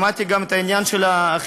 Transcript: שמעתי גם את העניין של האכיפה,